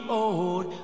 old